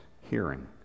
hearing